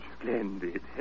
Splendid